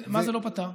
מה זה לא פתר?